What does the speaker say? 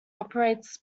operates